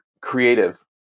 creative